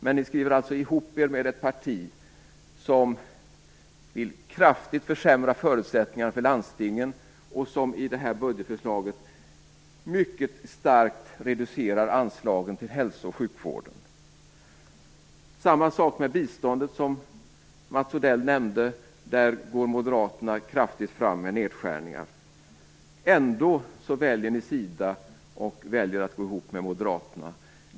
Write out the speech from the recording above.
Men ni skriver alltså ihop er med ett parti som vill kraftigt försämra förutsättningarna för landstingen och som i sitt budgetförslag mycket starkt reducerar anslagen till hälso och sjukvården. Det förhåller sig på samma sätt med biståndet, som Mats Odell nämnde. Där vill moderaterna gå fram med stora nedskärningar. Ändå väljer kristdemokraterna att gå ihop med moderaterna.